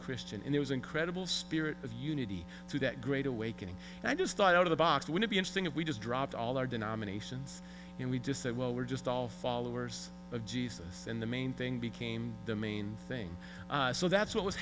christian and it was incredible spirit of unity to that great awakening and i just thought out of the box would it be interesting if we just dropped all our denominations and we just said well we're just all followers of jesus and the main thing became the main thing so that's what was